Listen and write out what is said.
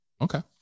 Okay